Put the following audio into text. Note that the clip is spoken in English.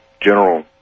general